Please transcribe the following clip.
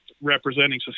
representing